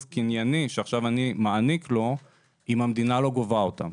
קנייני שעכשיו אני מעניק לו אם המדינה לא גובה אותם?